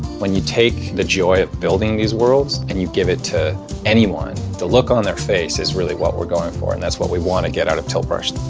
when you take the joy of building these worlds, and you give it to anyone, the look on their face is really what we're going for and that's what we want to get out of tilt brush.